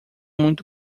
muito